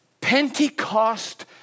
Pentecost